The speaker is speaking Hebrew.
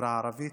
לחברה הערבית?